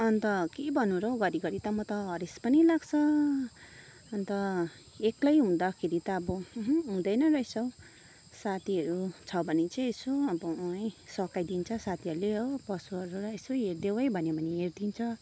अन्त के भन्नु र हौ घरि घरि त म त हरेस पनि लाग्छ अन्त एक्लै हुँदाखेरि त अब अहँ हुँदैन रहेछ हौ साथीहरू छ भने चाहिँ यसो अब अँ है सघाइदिन्छ साथीहरूले हो पशुहरूलाई यसो हरिदेऊ है भन्यो भने हेरिदिन्छ